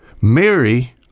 Mary